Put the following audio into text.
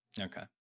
okay